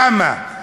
תמה.